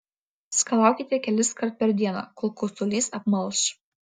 skalaukite keliskart per dieną kol kosulys apmalš